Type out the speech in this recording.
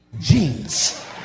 jeans